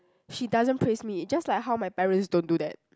she doesn't praise me just like how my parents don't do that